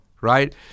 right